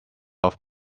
off